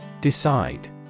Decide